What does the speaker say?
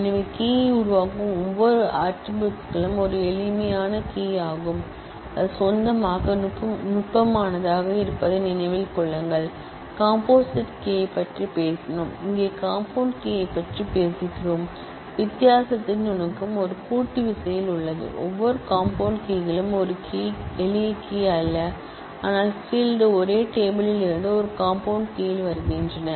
எனவே கீ யை உருவாக்கும் ஒவ்வொரு ஆட்ரிபூட்ஸ் களும் ஒரு எளிய கீ யாகும் அது சொந்தமாக ஒரு நுட்பமானதாக இருப்பதை நினைவில் கொள்ளுங்கள் காம்போஸிட் கீ யைப் பற்றி பேசினோம் இங்கே காம்பவுண்ட் கீ யைப் பற்றி பேசுகிறோம் டிபாரன்ஸ் என்பது ஒரு காம்போசிட்கீ ல் உள்ளது ஒவ்வொரு காம்பவுண்ட் கீ களும் ஒரு எளிய கீ அல்ல ஆனால் ஃபீல்ட் ஒரே டேபிள் ல் இருந்து ஒரு காம்பவுண்ட் கீயில் வருகின்றன